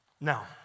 Now